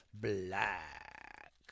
Black